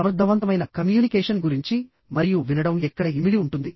సమర్థవంతమైన కమ్యూనికేషన్ గురించి మరియు వినడం ఎక్కడ ఇమిడి ఉంటుంది